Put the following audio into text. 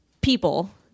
people